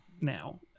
now